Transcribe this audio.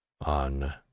on